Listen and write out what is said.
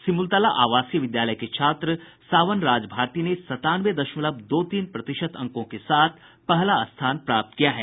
सिमुलतला आवासीय विद्यालय के छात्र सावन राज भारती ने सत्तानवे दशमलव दो प्रतिशत अंकों के साथ पहला स्थान प्राप्त किया है